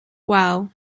well